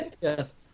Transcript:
yes